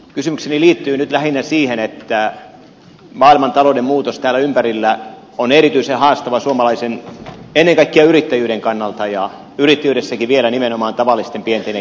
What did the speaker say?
kysymykseni liittyy nyt lähinnä siihen että maailmantalouden muutos täällä ympärillä on erityisen haastava ennen kaikkea suomalaisen yrittäjyyden kannalta ja yrittäjyydessäkin vielä nimenomaan tavallisten pienten ja keskisuurten yritysten kannalta